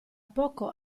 poco